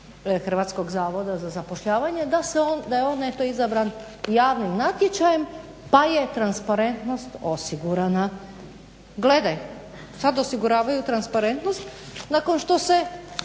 pretpostavljam ravnatelj HZZ-a, da je on eto izabran javnim natječajem pa je transparentnost osigurana. Gledaj, sad osiguravaju transparentnost nakon što se